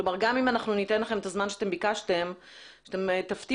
כלומר גם אם אנחנו ניתן לכם את הזמן שאתם ביקשתם שאתם תפתיעו.